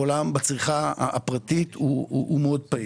בצריכה הפרטית מאוד פעיל.